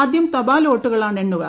ആദ്യം തപാൽ വോട്ടുകളാണ് എണ്ണുക